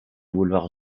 boulevard